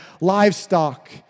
livestock